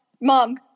Mom